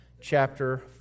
chapter